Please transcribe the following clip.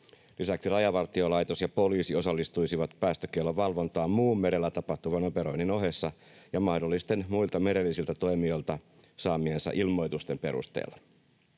Lisäksi Rajavartiolaitos ja poliisi osallistuisivat päästökiellon valvontaan muun merellä tapahtuvan operoinnin ohessa ja mahdollisten muilta merellisiltä toimijoilta saamiensa ilmoitusten perusteella.